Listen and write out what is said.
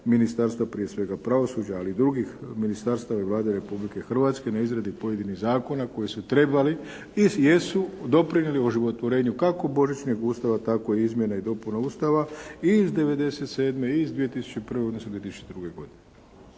ministarstva prije svega pravosuđa ali i drugih ministarstava i Vlade Republike Hrvatske na izradi pojedinih zakona koji su trebali i jesu doprinijeli oživotvorenju kako Božićnog Ustava tako i izmjena i dopuna Ustava i iz '97. i iz 2001. odnosno 2002. godine.